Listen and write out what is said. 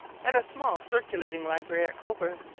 and a small circulating library at cobourg,